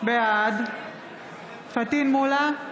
בעד פטין מולא,